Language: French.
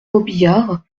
robiliard